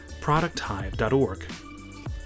ProductHive.org